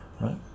right